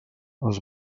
els